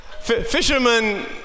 Fishermen